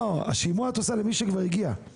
לא, שימוע את עושה למי שכבר הגיע.